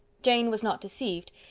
jane was not deceived,